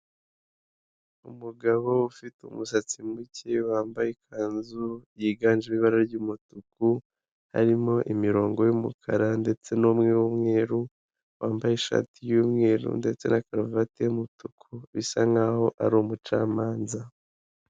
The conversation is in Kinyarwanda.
Umugabo ufite umusatsi muke wambaye ikanzu yiganjemo ibara ry'umutuku harimo imirongo y'umukara ndetse n'umwe w'umweru wambaye ishati y'umweru ndetse na karuvati y'umutuku bisa nk'aho ari umucamanza.